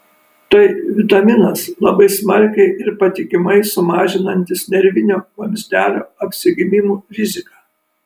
tai vitaminas labai smarkiai ir patikimai sumažinantis nervinio vamzdelio apsigimimų riziką